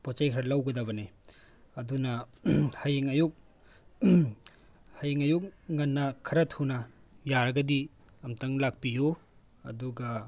ꯄꯣꯠ ꯆꯩ ꯈꯔ ꯂꯧꯒꯗꯕꯅꯦ ꯑꯗꯨꯅ ꯍꯌꯦꯡ ꯑꯌꯨꯛ ꯍꯌꯦꯡ ꯑꯌꯨꯛ ꯉꯟꯅ ꯈꯔ ꯊꯨꯅ ꯌꯥꯔꯒꯗꯤ ꯑꯃꯇꯪ ꯂꯥꯛꯄꯤꯌꯨ ꯑꯗꯨꯒ